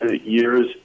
years